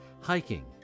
hiking